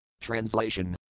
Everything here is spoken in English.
Translation